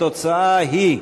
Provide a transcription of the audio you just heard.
של קבוצת סיעת יש עתיד,